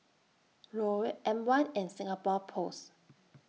Raoul M one and Singapore Post